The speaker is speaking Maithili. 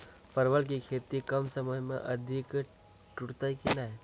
परवल की खेती कम समय मे अधिक टूटते की ने?